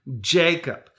Jacob